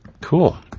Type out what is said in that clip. Cool